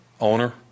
owner